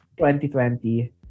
2020